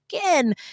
again